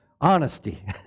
Honesty